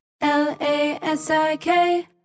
l-a-s-i-k